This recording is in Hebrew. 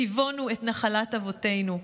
השיבונו נחלת אבותינו".